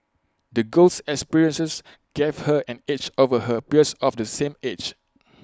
the girl's experiences gave her an edge over her peers of the same age